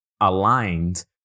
aligned